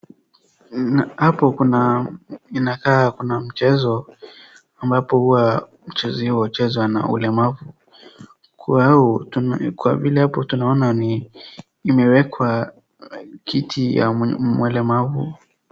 Hapo kuna inakaa kuna mchezo ambapo huwa michezo hii huchezwa na ulemavu, kwa vile hapo tunaona ni imewekwa kiti ya mlemavu.